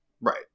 Right